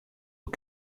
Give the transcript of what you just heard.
aux